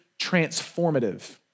transformative